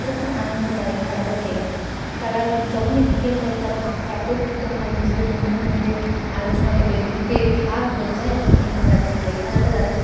তারা খুব আনন্দ পায় এই খেলাটা খেলে তারা যখনই বিকেল পড়ে তারা মাঠে একত্রিত হয় নিজেদের বন্ধুদের মধ্যে আলোচনা করে গ্রুপে ভাগ হয়ে যায় এবং এই খেলাটা খেলে এই খেলাটা তাদের